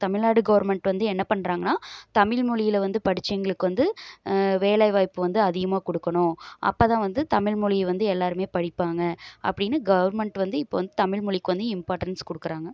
Tamil Nadu government வந்து என்ன பண்ணுறாங்கன்னா தமிழ் மொழியில வந்து படித்தவங்களுக்கு வந்து வேலை வாய்ப்பு வந்து அதிகமாக கொடுக்கணும் அப்போதான் வந்து தமிழ் மொழிய வந்து எல்லாேருமே படிப்பாங்க அப்படின்னு கவர்மெண்ட் வந்து இப்போ வந்து தமிழ் மொழிக்கி வந்து இம்பார்ட்டண்ட்ஸ் கொடுக்கறாங்க